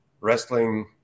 wrestling